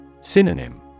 Synonym